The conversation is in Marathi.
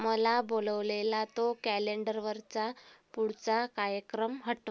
मला बोलवलेला तो कॅलेंडरवरचा पुढचा कायक्रम हटव